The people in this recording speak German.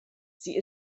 sie